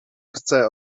chce